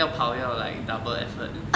要跑要 like double effort